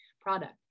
product